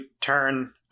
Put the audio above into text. turn